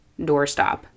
doorstop